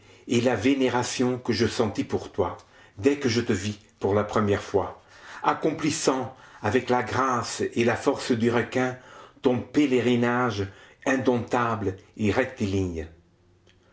et la vénération que je sentis pour toi dès que je te vis pour la première fois accomplissant avec la grâce et la force du requin ton pèlerinage indomptable